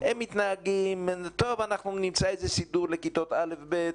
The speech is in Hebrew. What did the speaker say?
הם מתנהגים ואומרים שימצאו סידור לכיתות א'-ב',